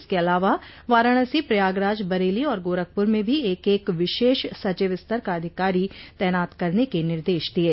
इसके अलावा वाराणसी प्रयागराज बरेली और गोरखपुर में भी एक एक विशेष सचिव स्तर का अधिकारी तैनात करने के निर्देश दिये